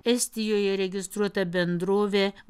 estijoje registruota bendrovė